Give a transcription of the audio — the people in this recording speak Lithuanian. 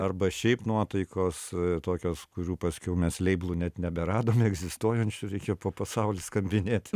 arba šiaip nuotaikos tokios kurių paskiau mes leiblų net neberadome egzistuojančių reikėjo po pasaulį skambinėti